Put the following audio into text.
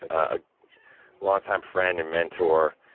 a longtime friend and mentor,